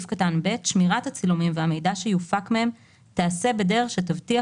(ב)שמירת הצילומים והמידע שיופק מהם תיעשה בדרך שתבטיח